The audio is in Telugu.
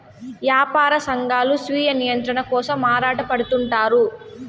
యాపార సంఘాలు స్వీయ నియంత్రణ కోసం ఆరాటపడుతుంటారు